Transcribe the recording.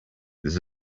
this